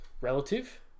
relative